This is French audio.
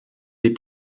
des